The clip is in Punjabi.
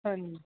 ਹਾਂਜੀ